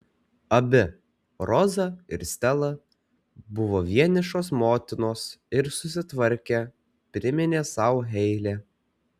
abi roza ir stela buvo vienišos motinos ir susitvarkė priminė sau heile